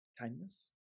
kindness